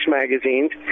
magazines